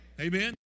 Amen